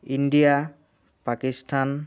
India Pakistan